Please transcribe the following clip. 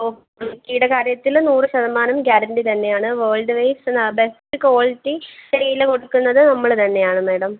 ഓ ക്വാളിറ്റിയുടെ കാര്യത്തിൽ നൂറ് ശതമാനം ഗ്യാരൻ്റി തന്നെയാണ് വേൾഡ് വൈസ് നല്ല ബെസ്റ്റ് ക്വാളിറ്റി തേയില കൊടുക്കുന്നത് നമ്മൾ തന്നെയാണ് മേഡം